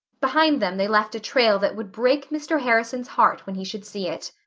behind them they left a trail that would break mr. harrison's heart when he should see it.